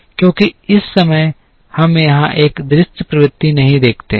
क्योंकि इस समय हम यहाँ एक दृश्य प्रवृत्ति नहीं देखते हैं